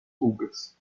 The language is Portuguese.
pulgas